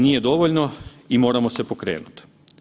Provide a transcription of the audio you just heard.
Nije dovoljno i moramo se pokrenut.